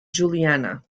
juliana